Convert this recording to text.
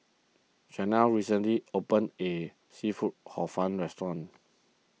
Chanelle recently opened a Seafood Hor Fun restaurant